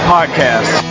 Podcast